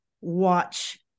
watch